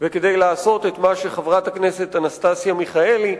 וכדי לעשות את מה שחברת הכנסת אנסטסיה מיכאלי,